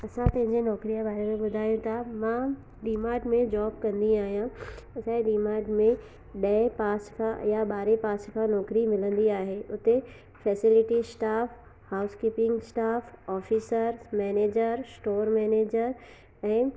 असां पंहिंजे नौकिरीअ बारे में ॿुधायूं था मां डी माट में जॉब कंदी आहियां असांजे डी माट में ॾहें पास खां या ॿारहें पास खां नौकिरी मिलंदी आहे उते facility staff housekeeping staff officer manager store manager ऐं